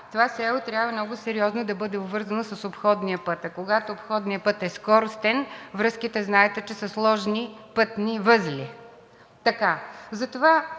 Затова селото трябва много сериозно да бъде обвързано с обходния път, а когато обходният път е скоростен, връзките знаете, че са сложни пътни възли. По